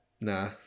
nah